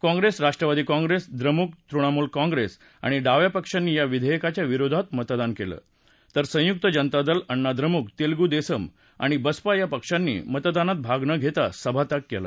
काँप्रेस राष्ट्रवादी काँप्रेस द्रमुक तृणमूल काँप्रेस आणि डाव्या पक्षांनी या विधेयकाच्या विरोधात मतदान केलं तर संयुक्त जनता दल अण्णा द्रमुक तेलगू देसम आणि बसपा या पक्षांनी मतदानात भाग न घेता सभात्याग केला